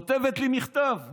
כותבת לי מכתב.